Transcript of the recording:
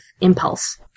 impulse